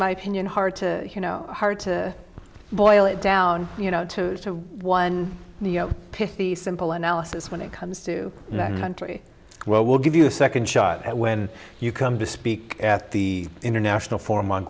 my opinion hard to you know hard to boil it down you know to one pithy simple analysis when it comes to that country well we'll give you a second shot when you come to speak at the international forum on